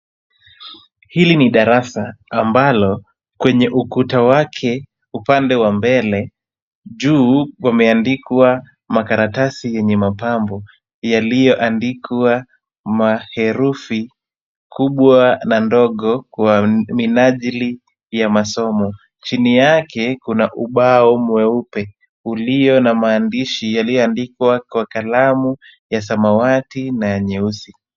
Hili ni darasa ambalo kwenye ukuta wake, upande wa mbele juu, kumeandikwa makaratasi yenye mapambo. Yaliyoandikwa maherufi kubwa na ndogo, kwa minajili ya masomo. Chini yake kuna ubao mweupe ulio na maandishi yaliyoandikwa kwa kalamu ya samawati na nyeusi.